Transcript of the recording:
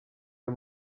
ayo